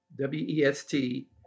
W-E-S-T